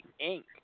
Inc